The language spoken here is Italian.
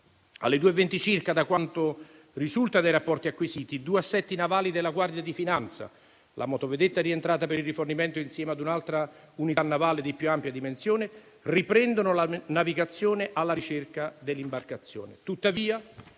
ore 2,20 circa, da quanto risulta dai rapporti acquisiti, i due assetti navali della Guardia di finanza, la motovedetta rientrata per il rifornimento insieme ad un'altra unità navale di più ampie dimensioni, riprendono la navigazione alla ricerca dell'imbarcazione.